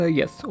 yes